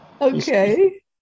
Okay